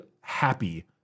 happy